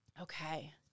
Okay